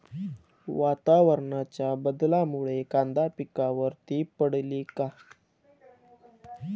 वातावरणाच्या बदलामुळे कांदा पिकावर ती पडली आहे